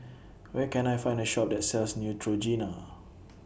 Where Can I Find A Shop that sells Neutrogena